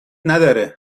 نداره